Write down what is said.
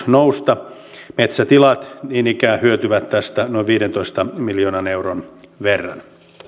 nousta metsätilat niin ikään hyötyvät tästä noin viidentoista miljoonan euron verran